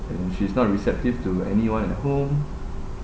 and she's not receptive to anyone at home